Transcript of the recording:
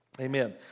Amen